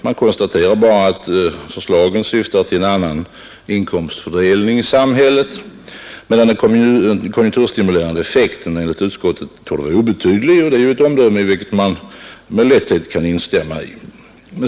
Man konstaterar bara att förslagen syftar till en annan inkomstfördelning i samhället, medan de konjunkturstimulerande effekterna enligt utskottet är obetydliga. Det är ett omdöme i vilket man med lätthet kan instämma.